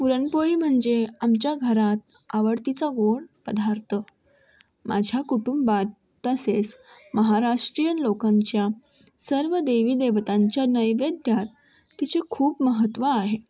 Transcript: पुरणपोळी म्हणजे आमच्या घरात आवडीचा गोड पदार्थ माझ्या कुटुंबात तसेच महाराष्ट्रीयन लोकांच्या सर्व देवी देवतांच्या नैवेद्यात तिचे खूप महत्त्व आहे